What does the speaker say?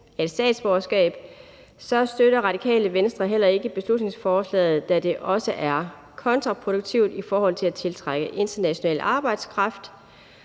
et statsborgerskab, støtter Radikale Venstre heller ikke beslutningsforslaget, da det også er kontraproduktivt i forhold til at tiltrække international arbejdskraft.